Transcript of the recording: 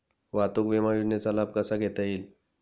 वाहतूक विमा योजनेचा लाभ कसा घेता येईल?